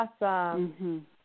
Awesome